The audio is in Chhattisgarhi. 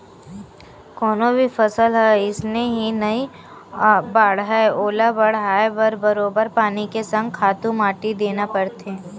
कोनो भी फसल ह अइसने ही नइ बाड़हय ओला बड़हाय बर बरोबर पानी के संग खातू माटी देना परथे